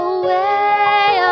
away